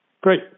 Great